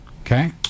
okay